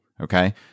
Okay